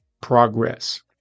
progress